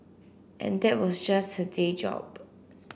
and that was just her day job